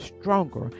stronger